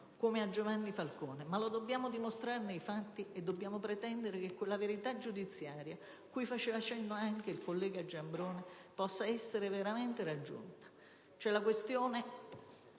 come a Giovanni Falcone. Lo dobbiamo però dimostrare nei fatti e dobbiamo pretendere che quella verità giudiziaria, cui faceva cenno anche il collega Giambrone, possa essere veramente raggiunta.